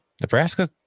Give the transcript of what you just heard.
Nebraska